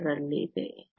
54 ರಲ್ಲಿದೆ